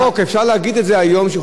מבחינתי זה מחייב חקיקה.